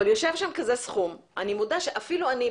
אבל יושב שם כזה סכום אני מודה שאפילו אני,